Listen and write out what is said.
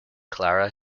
clara